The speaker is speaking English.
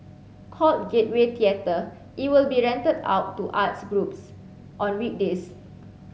called Gateway Theatre it will be rented out to arts groups on weekdays